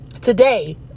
today